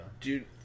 Dude